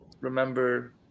Remember